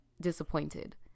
disappointed